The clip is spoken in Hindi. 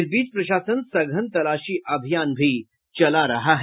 इस बीच प्रशासन सघन तलाशी अभियान भी चला रहा है